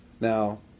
Now